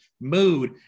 mood